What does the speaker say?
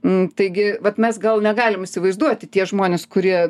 nu taigi vat mes gal negalim įsivaizduoti tie žmonės kurie